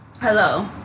Hello